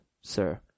sir